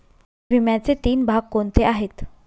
विम्याचे तीन भाग कोणते आहेत?